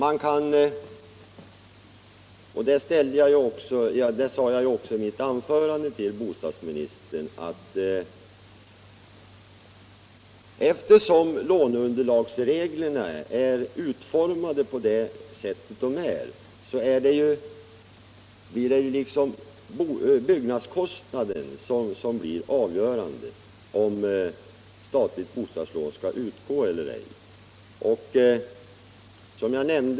I mitt anförande sade jag också till bostadsministern att så som låneunderlagsreglerna är utformade blir byggnadskostnaderna avgörande för om statligt bostadslån skall utgå eller ej.